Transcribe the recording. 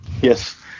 Yes